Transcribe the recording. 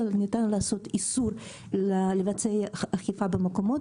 וניתן לעשות איסור לבצע אכיפה במקומות